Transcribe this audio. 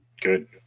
Good